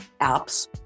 apps